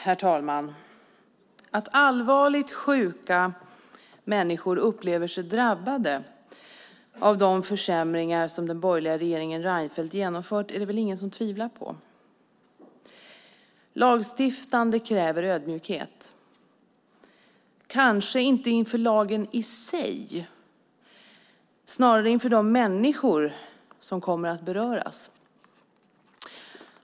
Herr talman! Att allvarligt sjuka människor upplever sig drabbade av de försämringar som den borgerliga regeringen Reinfeldt har genomfört är det väl ingen som tvivlar på. Lagstiftande kräver ödmjukhet - kanske inte inför lagen i sig utan snarare inför de människor som kommer att beröras.